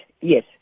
Yes